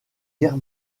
guerre